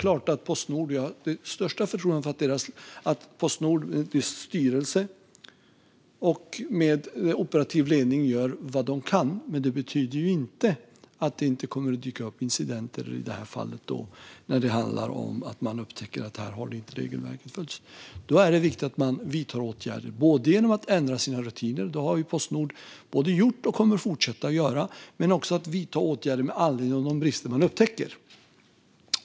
Jag har det största förtroende för att Postnords styrelse med operativ ledning gör vad de kan. Men det betyder inte att det inte kommer att dyka upp incidenter där man upptäcker att regelverket inte har följts. Då är det viktigt att man vidtar åtgärder genom att ändra sina rutiner. Det har Postnord gjort och kommer att fortsätta att göra. Men det gäller också att vidta åtgärder med anledning av de brister man upptäcker.